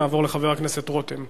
חבר הכנסת רותם,